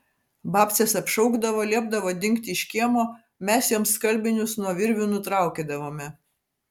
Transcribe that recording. babcės apšaukdavo liepdavo dingti iš kiemo mes joms skalbinius nuo virvių nutraukydavome